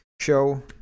show